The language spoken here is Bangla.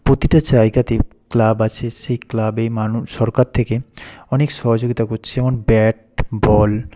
প্রতিটা জায়গাতে ক্লাব আছে সেই ক্লাবে মানুষ সরকার থেকে অনেক সহযোগিতা করছে যেমন ব্যাট বল